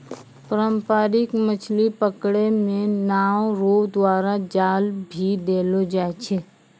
पारंपरिक मछली पकड़ै मे नांव रो द्वारा जाल भी देलो जाय छै